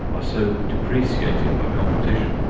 are so depreciated by competition,